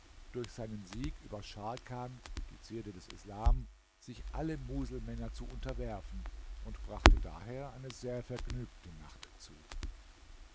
durch seinen sieg über scharkan die zierde des islams sich alle muselmänner zu unterwerfen und brachte daher eine sehr vergnügte nacht zu